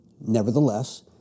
Nevertheless